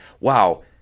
Wow